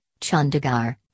Chandigarh